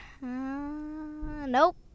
Nope